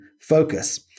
focus